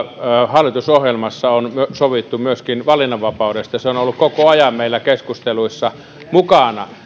hallitusohjelmassa on sovittu myöskin valinnanvapaudesta ja se on ollut koko ajan meillä keskusteluissa mukana